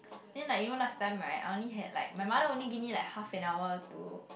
then like you know last time right I only had like my mother only give me like half an hour to